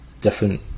different